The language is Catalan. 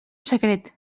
secret